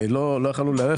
לא יכולנו להיערך,